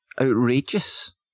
outrageous